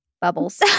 bubbles